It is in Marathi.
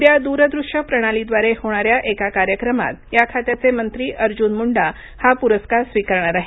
उद्या दूरदृश्य प्रणालीद्वारे होणाऱ्या एका कार्यक्रमात या खात्याचे मंत्री अर्जुन मुंडा हा पुरस्कार स्वीकारणार आहेत